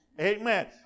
Amen